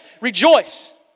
Rejoice